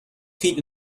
feet